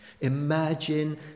Imagine